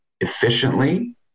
efficiently